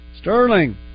Sterling